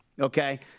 okay